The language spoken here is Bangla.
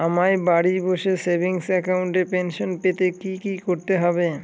আমায় বাড়ি বসে সেভিংস অ্যাকাউন্টে পেনশন পেতে কি কি করতে হবে?